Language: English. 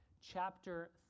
chapter